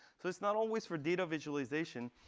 so it's not always for data visualization.